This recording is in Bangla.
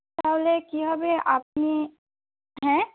তাহলে কি হবে আপনি হ্যাঁ